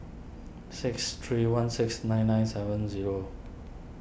six three one six nine nine seven zero